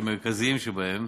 והמרכזיים שבהם: